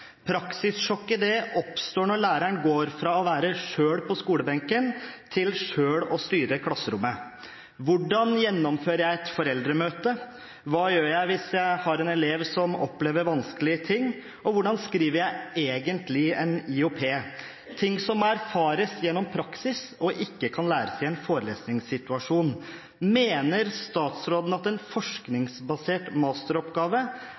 Praksissjokket oppstår når læreren går fra selv å være på skolebenken til selv å styre klasserommet. Hvordan gjennomfører man et foreldremøte, hva gjør man hvis man har en elev som opplever vanskelige ting, og hvordan skriver man egentlig en IOP – dette er ting som erfares gjennom praksis, og som ikke kan læres i en forelesningssituasjon. Mener statsråden at en forskningsbasert masteroppgave